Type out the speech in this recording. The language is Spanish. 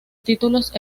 títulos